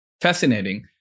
Fascinating